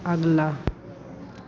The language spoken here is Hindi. अगला